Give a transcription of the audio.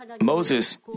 Moses